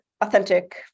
authentic